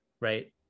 right